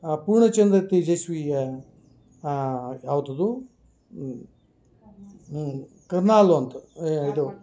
ಪೂರ್ಣಚಂದ್ರ ತೇಜಸ್ವಿಯ ಯಾವುದದು ಕರ್ವಾಲೊ ಅಂತ ಇದು